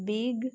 big